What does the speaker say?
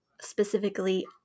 specifically